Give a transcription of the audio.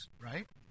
right